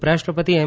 ઉપરાષ્ટ્રપતિ એમ